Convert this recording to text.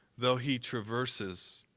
though he traverses.